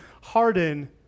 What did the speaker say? harden